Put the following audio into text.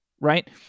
right